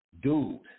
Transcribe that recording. dude